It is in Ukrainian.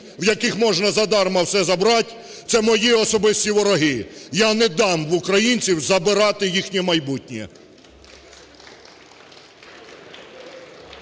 в яких можна задарма все забрати, - це мої особисті вороги. Я не дам в українців забирати їхнє майбутнє.